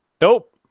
Nope